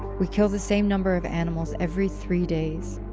we kill the same number of animals every three days,